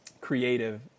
creative